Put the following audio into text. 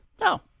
No